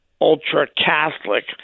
ultra-Catholic